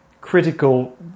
critical